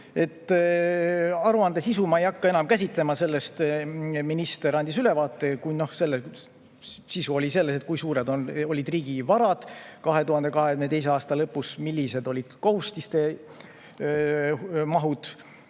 Aruande sisu ma ei hakka enam käsitlema, sellest andis minister ülevaate. Sisu oli selles, kui suured olid riigi varad 2022. aasta lõpus, millised olid kohustiste mahud,